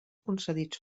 concedits